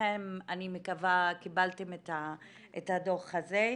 אני מקווה שכולכם קיבלתם את הדוח הזה.